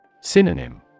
Synonym